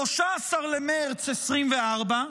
13 במרץ 2420,